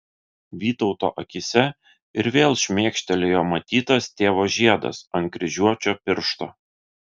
vytauto akyse ir vėl šmėkštelėjo matytas tėvo žiedas ant kryžiuočio piršto